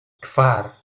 kvar